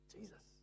Jesus